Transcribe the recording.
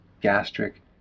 gastric